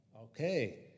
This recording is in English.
Okay